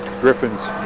Griffins